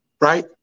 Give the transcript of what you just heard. Right